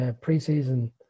pre-season